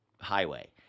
highway